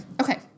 okay